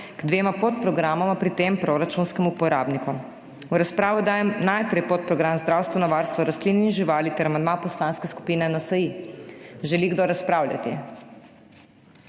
k dvema podprogramoma pri tem proračunskem uporabniku. V razpravo dajem najprej podprogram Zdravstveno varstvo rastlin in živali ter amandma Poslanske skupine NSi. Želi kdo razpravljati?